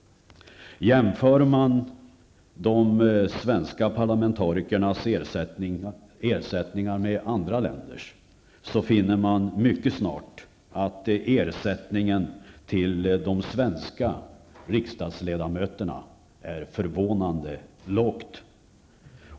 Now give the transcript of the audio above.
Jämför man de svenska parlamentarikernas ersättningar med andra länders, finner man mycket snart att ersättningen till de svenska riksdagsledamöterna är förvånande låg.